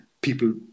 people